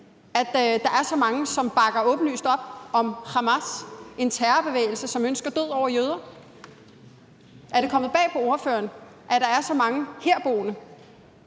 at der er så mange, som bakker åbenlyst op om Hamas, en terrorbevægelse, som ønsker død over jøder. Er det kommet bag på ordføreren, at der er så mange herboende,